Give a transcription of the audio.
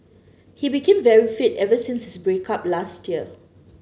he became very fit ever since his break up last year